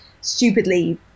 stupidly